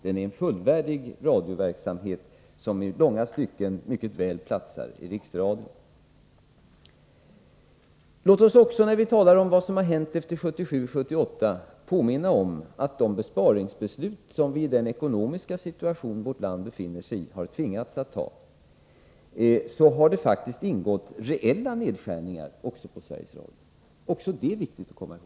Den är en fullvärdig radioverksamhet, som i långa stycken mycket väl platsar i Riksradion. Låt mig, när vi talar om vad som har hänt efter 1978, påminna om att det i de besparingsbeslut som vi till följd av den ekonomiska situation som vårt land befinner sig i har tvingats fatta, faktiskt har ingått reella nedskärningar också för Sveriges Radio. Även det är viktigt att komma ihåg.